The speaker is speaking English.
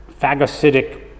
phagocytic